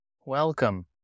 Welcome